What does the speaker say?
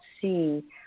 see